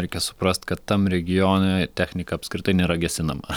reikia suprast kad tam regione technika apskritai nėra gesinama